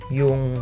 yung